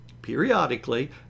Periodically